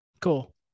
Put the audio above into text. cool